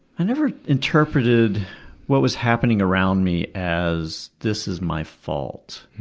i never interpreted what was happening around me as this is my fault.